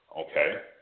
okay